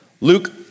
Luke